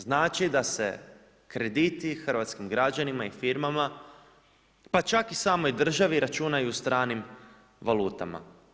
Znači da se krediti hrvatskim građanima i firmama pa čak i samoj državi računaju u stranim valutama.